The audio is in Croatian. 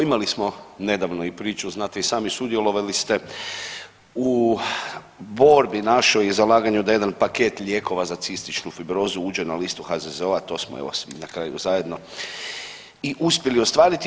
Imali smo nedavno i priču znate i sami sudjelovali ste u borbi našoj i zalaganju da jedan paket lijekova za cističnu fibrozu uđe na listu HZZO-a to smo evo na kraju zajedno i uspjeli ostvariti.